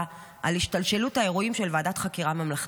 על השתלשלות האירועים של ועדת חקירה ממלכתית,